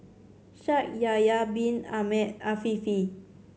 Shaikh Yahya Bin Ahmed Afifi